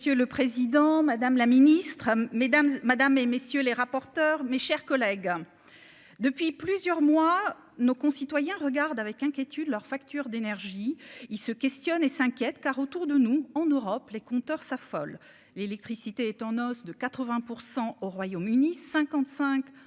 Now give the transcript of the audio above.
Monsieur le Président, Madame la Ministre Mesdames Madame et messieurs les rapporteurs, mes chers collègues, depuis plusieurs mois, nos concitoyens regarde avec inquiétude leurs factures d'énergie, il se questionne et s'inquiète car autour de nous en Europe, les compteurs s'affolent, l'électricité est en hausse de 80 % au Royaume-Uni 55 ans